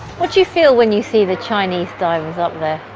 what do you feel when you see the chinese divers up there?